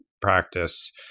practice